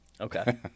okay